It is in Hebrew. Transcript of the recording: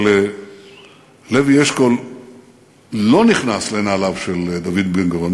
אבל לוי אשכול לא נכנס לנעליו של דוד בן-גוריון,